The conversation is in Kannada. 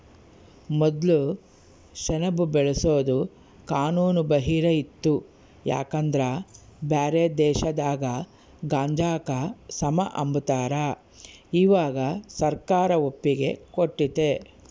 ಮೊದ್ಲು ಸೆಣಬು ಬೆಳ್ಸೋದು ಕಾನೂನು ಬಾಹಿರ ಇತ್ತು ಯಾಕಂದ್ರ ಬ್ಯಾರೆ ದೇಶದಾಗ ಗಾಂಜಾಕ ಸಮ ಅಂಬತಾರ, ಇವಾಗ ಸರ್ಕಾರ ಒಪ್ಪಿಗೆ ಕೊಟ್ಟತೆ